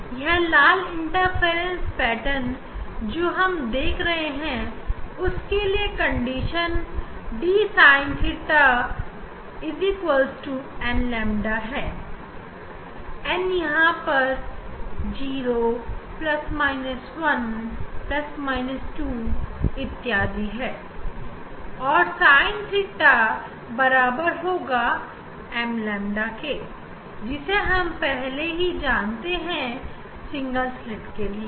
यहां लाल interference pattern जो हम देख रहे हैं उस कंडीशन के लिए d sin theta बराबर होगा n lambda के n बराबर होगा 0 ± 1± 2etc और sin theta बराबर होगा m lambda के जिसे हम पहले जानते हैं सिंगल स्लिट के लिए